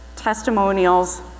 testimonials